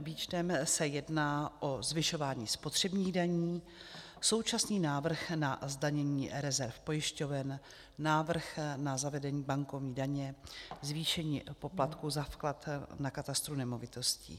Letmým výčtem se jedná o zvyšování spotřebních daní, současný návrh na zdanění rezerv pojišťoven, návrh na zavedení bankovní daně, zvýšení poplatku za vklad do katastru nemovitostí.